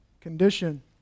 condition